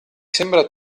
sembra